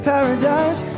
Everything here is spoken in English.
Paradise